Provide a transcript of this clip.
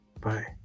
Bye